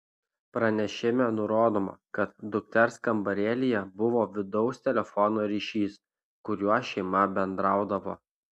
pranešime nurodoma kad dukters kambarėlyje buvo vidaus telefono ryšys kuriuo šeima bendraudavo